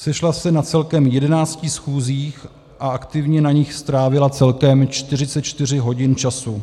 Sešla se na celkem jedenácti schůzích a aktivně na nich strávila celkem 44 hodin času.